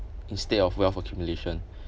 instead of wealth accumulation